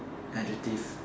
adjective